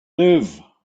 live